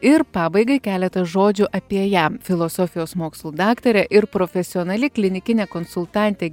ir pabaigai keletas žodžių apie ją filosofijos mokslų daktarė ir profesionali klinikinė konsultantė